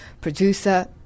producer